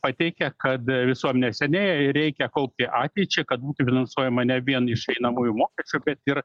pateikia kad visuomenė senėja reikia kaupti ateičiai kad būtų finansuojama ne vien iš einamųjų mokesčių bet ir